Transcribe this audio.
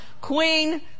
Queen